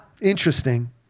Interesting